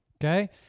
Okay